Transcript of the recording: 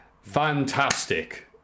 Fantastic